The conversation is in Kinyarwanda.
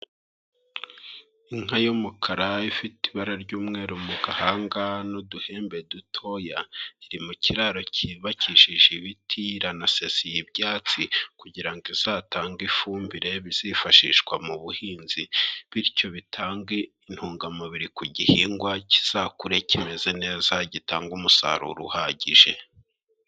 Inka y'umukara ifite ibara ry'umweru mu gahanga n'uduhembe dutoya. Iri mu kiraro cyibakishije ibiti, iranasesiye ibyatsi kugira ngo izatange ifumbire bizifashishwa mu buhinzi bityo bitange intungamubiri ku gihingwa, kizakure kimeze neza gitanga umusaruro uhagije.